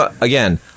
again